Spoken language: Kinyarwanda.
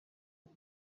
ubu